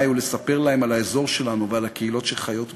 ולספר להם על האזור שלנו ועל הקהילות שחיות בו,